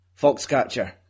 Foxcatcher